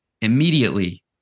immediately